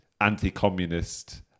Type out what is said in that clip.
anti-communist